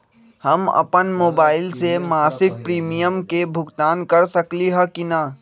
हम अपन मोबाइल से मासिक प्रीमियम के भुगतान कर सकली ह की न?